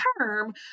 term